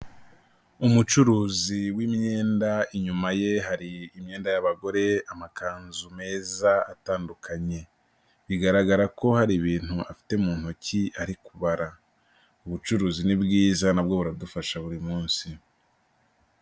Umucuruzi w'imyenda, inyuma ye hari imyenda y'abagore, amakanzu meza atandukanye, bigaragara ko hari ibintu afite mu ntoki ari kubara. Ubucuruzi ni bwiza nabwo buradufasha buri munsi.